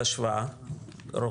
זה יאפשר השוואה רוחבית-ארצית